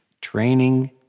Training